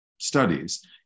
studies